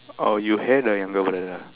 orh you had a younger brother ah